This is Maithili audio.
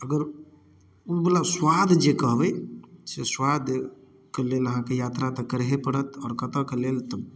अगर ओ बला स्वाद जे कहबै से स्वाद कऽ लेल अहाँकऽ यात्रा तऽ करहे पड़त आओर कतऽ कऽ लेल तऽ